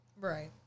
Right